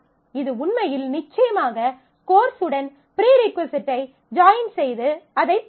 இது உண்மையில் நிச்சயமாக கோர்ஸ் உடன் ப்ரீ ரிஃக்வசைட் ஐ ஜாயின் செய்து அதை பெற வேண்டும்